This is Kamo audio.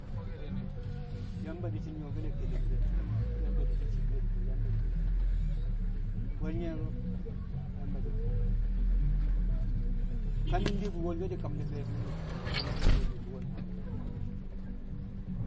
Yamba di̱ shi̱ nyṵwo̱ke̱l ke̱l di̱re̱, Yamba di̱ shi̱ ciikel di̱re̱, Yamba di̱ shi̱ kung di̱re̱. Bwe̱l ye̱ ko̱ Yamba di shi̱nṵm barka. Ka mi̱ de wolsho di̱ kam ne̱ be̱e̱bi̱l me̱, ke̱e̱shi̱ di̱re̱ be̱ de̱ bṵwo̱ naal she̱ yaa me̱cce̱ di̱.